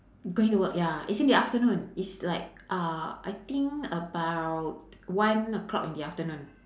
going to work ya it's in the afternoon it's like uh I think about one o'clock in the afternoon